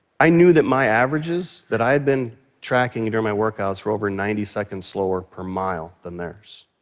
i knew that my averages that i had been tracking during my workouts were over ninety seconds slower per mile than theirs.